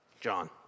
John